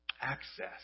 Access